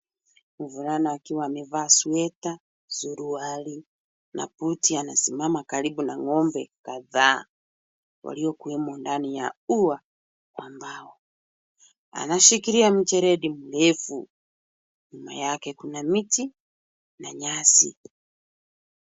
Mvulana akiwa amevaa sweta, suruali na buti, anasimama karibu na ng'ombe kadhaa waliokuwemo ndani ya ua ambao anashikilia micheledi mirefu. Nyuma yake kuna miti na nyasi.